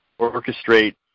orchestrate